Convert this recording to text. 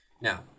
Now